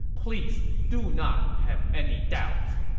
please do not have any doubts.